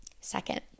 Second